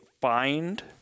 find